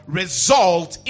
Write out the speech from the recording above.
result